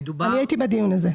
אני הייתי בדיון הזה.